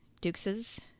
Dukes's